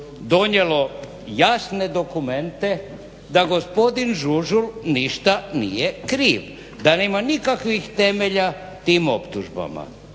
donijelo jasne dokumente da gospodin Žužul ništa nije kriv da nema nikakvih temelja tim optužbama.